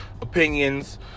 opinions